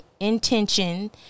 intention